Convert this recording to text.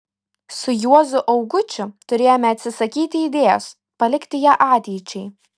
su juozu augučiu turėjome atsisakyti idėjos palikti ją ateičiai